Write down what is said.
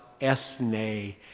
ethne